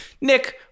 Nick